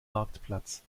marktplatz